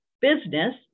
business